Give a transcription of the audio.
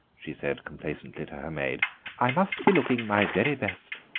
she said complacently to her maid i must be looking my very best.